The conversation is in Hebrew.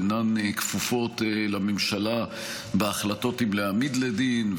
ואינן כפופות לממשלה בהחלטות אם להעמיד לדין,